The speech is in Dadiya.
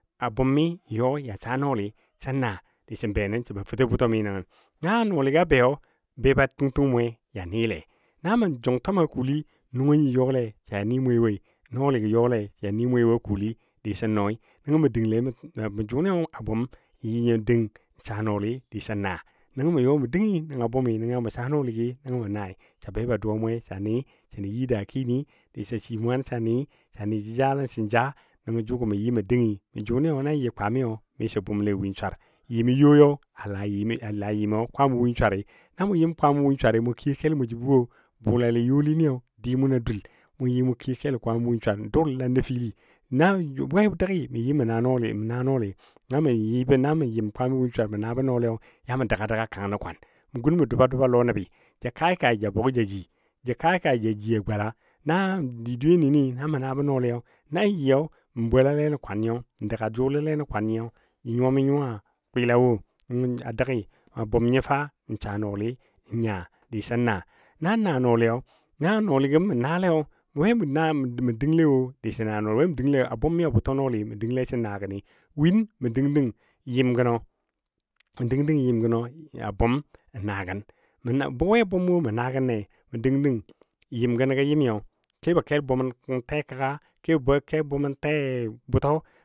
A bʊm mi yɔ yan sa nɔɔli sə naa disən be nən ban fətɔ bʊtɔ mi nəngən na nɔɔligɔ beyɔ be ba tungtung mwe ya nile namɔ jung twama kulli nuwɔ nyi yɔle sə ya ni mwe woi nɔɔli gɔ yɔle sa ni mwe wo a kulli disən nɔi nəngɔ mə dəngle mə jʊnɨ a bʊm yɨ dəng saa nɔɔli disɔn naa nəngɔ mə yɔ mə dəngi nəngɔ a bʊm nəngɔ ya mə saa nɔɔligi nəngɔ mə nai sa beba duwa mwe sa ni sə ni dakini disɔ shi mwan sa ni sa ni jəjalən sən ja nəngɔ jʊgo mə yɨ mə dəngi jʊnɨ nan yɨ kwami misɔ bʊmle win swar yɨmɔ yoi a la yɨmo kwamɔ win swari, na yɨ mʊ kwamo win swar kiyo kel jəbɔ wɔ bʊlali youlini di mʊn a dul mʊ yi mʊ kiyo kelo. kwamo win swar n dʊl n la nəfili na we dəggi mə yɨ mə naa nɔɔli, mə naa nɔɔli, na mə yɨbo na mə yɨm kwami win swar mə naa bə nɔɔliyo ya mə dəga dəga kang nən kwan. Ma gun mə douba douba lɔ nəbɨ jə kai kai ja buggi ja jii jii, kai kai ja jii a gola. Na di dweyeni na mə naa bɔ nɔɔliyo nan yɨyɔ, mə bolale nən kwanyo mə dəga jʊləle nə kwanyo, jə nyuwa mi nyuwa twɨla wo. Nəngo a dəgi a bʊm nyo fa n saa nɔɔli nya disən naa, nan naa nɔɔliyo. Na nɔɔligo mə naaleyo we mə dəngle wo sən naa, we mə dəngle a bʊmi a bʊtɔ nɔɔli mə dəngle sən naa gəni. Win mə dəng dəng yɨm gənɔ, mə dəng dəng yɨm gənɔ, a bʊm n naa gən mə na we bʊm wo mə naa gənne, mə dəng dəng yɨm gənɔ kebɔ kel bʊman tɛ kəga kebɔ kel bʊmən tɛ bʊtɔ